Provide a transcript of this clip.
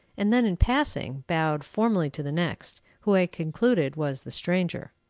and then, in passing, bowed formally to the next, who i concluded was the stranger.